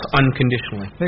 unconditionally